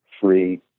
free